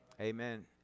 Amen